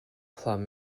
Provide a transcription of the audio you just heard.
plum